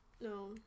No